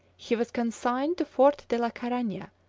he was consigned to fort de la caragna,